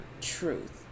truth